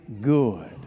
good